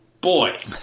Boy